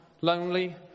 lonely